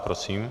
Prosím.